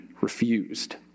refused